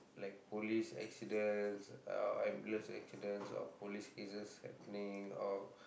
like police accidents or ambulance accidents or police cases happening or